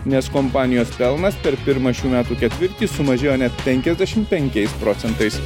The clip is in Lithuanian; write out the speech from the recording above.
nes kompanijos pelnas per pirmą šių metų ketvirtį sumažėjo net penkiasdešimt penkiais procentais